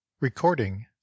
Recording